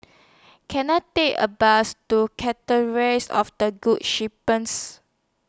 Can I Take A Bus to Catherine's of The Good Shepherds